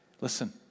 listen